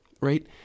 right